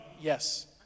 yes